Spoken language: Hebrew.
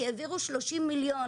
כי העבירו 30 מיליון,